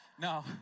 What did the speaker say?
No